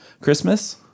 Christmas